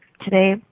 today